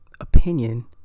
opinion